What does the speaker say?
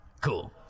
Cool